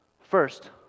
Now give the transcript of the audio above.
First